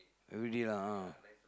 every day lah ah